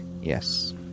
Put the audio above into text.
Yes